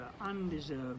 undeserved